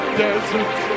desert